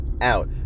out